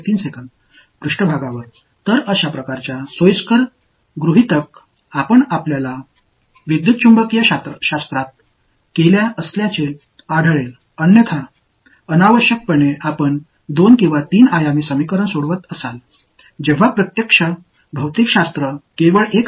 எனவே எலெக்ட்ரோமேக்னெட்டிக்ஸ் முழுவதும் இந்த வகையான வசதியான அனுமானங்களை நீங்கள் காணலாம் இல்லையெனில் தேவையில்லாமல் நீங்கள் 2 அல்லது 3 பரிமாண சமன்பாட்டை தீர்க்கிறீர்கள் உண்மையில் இயற்பியல் 1 பரிமாணமாக இருக்கும்போது